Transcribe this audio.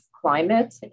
climate